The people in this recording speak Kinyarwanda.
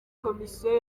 komisiyo